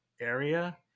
area